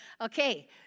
Okay